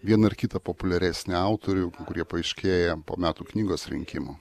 vieną ar kitą populiaresnį autorių kurie paaiškėja po metų knygos rinkimų